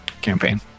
campaign